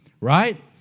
right